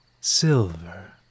silver